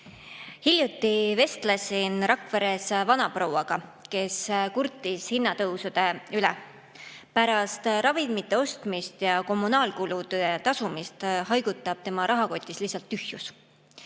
Hiljuti vestlesin Rakveres vanaprouaga, kes kurtis hinnatõusude üle. Pärast ravimite ostmist ja kommunaalkulude tasumist haigutab tema rahakotis lihtsalt tühjus.